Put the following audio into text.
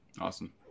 Awesome